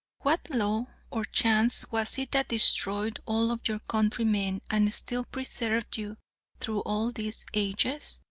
what law or chance was it that destroyed all of your countrymen, and still preserved you through all these ages?